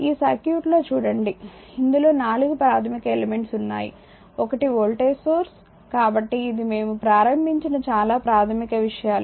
ఈ సర్క్యూట్లో చూడండి ఇందులో నాలుగు ప్రాథమిక ఎలెమెంట్స్ ఉంటాయి ఒకటి వోల్టేజ్ సోర్స్ కాబట్టి ఇది మేము ప్రారంభించిన చాలా ప్రాథమిక విషయాలు